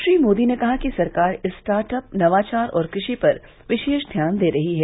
श्री मोदी ने कहा कि सरकार स्टार्टअप नवाचार और कृषि पर विशेष ध्यान दे रही है